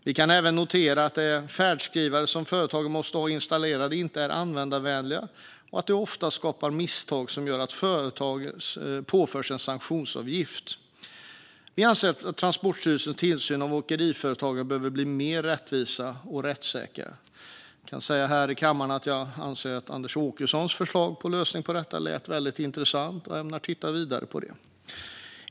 Vi kan även notera att de färdskrivare som företag måste ha installerade inte är användarvänliga och att de ofta skapar misstag som gör att företagen påförs en sanktionsavgift. Vi anser att Transportstyrelsens tillsyn av åkeriföretagen behöver bli mer rättvis och rättssäker. Jag kan säga här i kammaren att jag anser att Anders Åkessons förslag till lösning på detta lät intressant och att jag ämnar titta vidare på det.